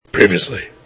Previously